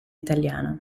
italiano